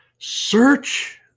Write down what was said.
Search